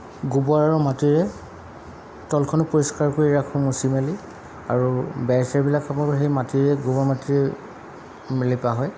গোবৰ আৰু মাটিৰে তলখনো পৰিষ্কাৰ কৰি ৰাখোঁ মুচি মেলি আৰু বেৰ চেৰবিলাক কেৱল সেই মাটিৰে গোবৰ মাটিৰে লিপা হয়